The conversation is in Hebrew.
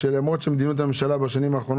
לצורך העניין לאסירים שהם בבידוד,